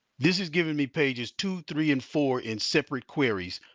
this has given me pages two, three and four in separate queries.